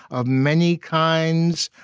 of many kinds,